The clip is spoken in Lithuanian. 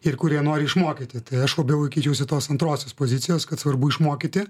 ir kurie nori išmokyti tai aš labiau laikyčiausi tos antrosios pozicijos kad svarbu išmokyti